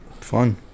Fun